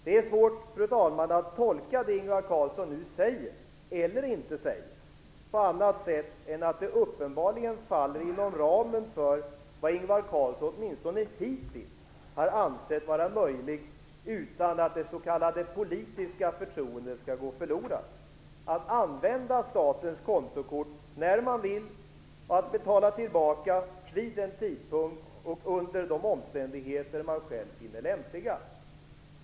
Det är svårt, fru talman, att tolka det Ingvar Carlsson nu säger eller inte säger på annat sätt än att det uppenbarligen faller inom ramen för vad Ingvar Carlsson åtminstone hittills har ansett vara möjligt utan att det s.k. politiska förtroendet skall gå förlorat att använda statens kontokort när man vill och att betala tillbaka vid den tidpunkt och under de omständigheter man själv finner lämpligast.